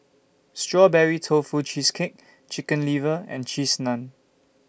Strawberry Tofu Cheesecake Chicken Liver and Cheese Naan